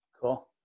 cool